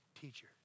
teacher